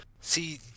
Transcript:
see